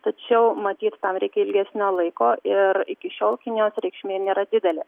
tačiau matyt tam reikia ilgesnio laiko ir iki šiol kinijos reikšmė nėra didelė